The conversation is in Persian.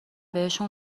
بهشون